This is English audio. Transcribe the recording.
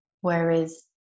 Whereas